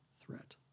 threat